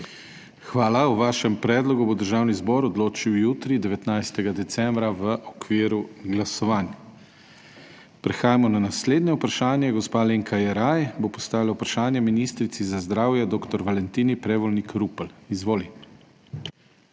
Hvala. O vašem predlogu bo Državni zbor odločil jutri, 19. decembra, v okviru glasovanj. Prehajamo na naslednje vprašanje. Gospa Iva Dimic bo postavila vprašanje ministrici za zdravje dr. Valentini Prevolnik Rupel. Izvoli.